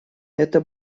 это